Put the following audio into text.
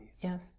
Yes